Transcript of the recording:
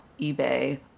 eBay